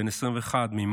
בן 21 ממע'אר,